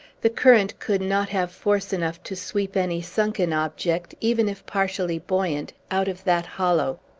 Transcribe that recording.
the current could not have force enough to sweep any sunken object, even if partially buoyant, out of that hollow.